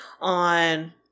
on